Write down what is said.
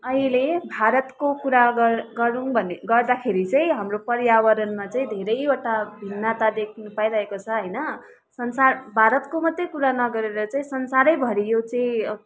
अहिले भारतको कुरा गर् गरूँ भने गर्दाखेरि चाहिँ हाम्रो पर्यावरणमा चाहिँ धेरैवटा भिन्नता देख्न पाइरहेको छ होइन संसार भारतको मात्रै कुरा नगरेर चाहिँ संसारैभरि यो चाहिँ